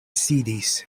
sidis